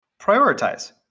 prioritize